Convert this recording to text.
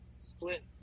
split